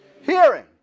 hearing